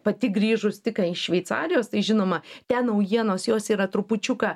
pati grįžus tik ką iš šveicarijos tai žinoma ten naujienos jos yra trupučiuką